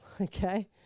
Okay